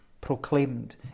proclaimed